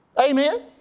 Amen